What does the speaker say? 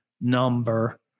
number